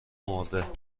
مرده